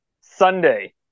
Sunday